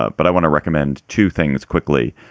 ah but i want to recommend two things quickly.